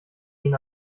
ihn